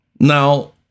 Now